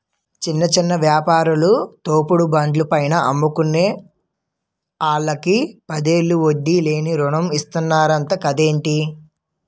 చిన్న చిన్న యాపారాలు, తోపుడు బండ్ల పైన అమ్ముకునే ఆల్లకి పదివేలు వడ్డీ లేని రుణం ఇతన్నరంట కదేటి